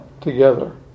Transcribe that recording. together